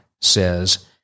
says